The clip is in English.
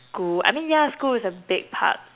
school I mean yeah school is a big part